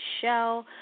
show